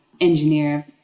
engineer